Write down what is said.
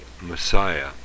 Messiah